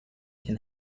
can